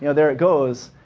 you know there it goes.